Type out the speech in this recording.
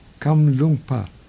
Kamlungpa